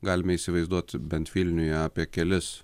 galime įsivaizduot bent vilniuje apie kelis